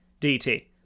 DT